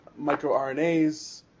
microRNAs